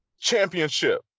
championship